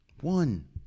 One